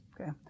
Okay